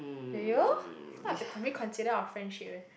do you if not I have to consi~ reconsider our friendship eh